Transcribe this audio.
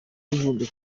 vumbi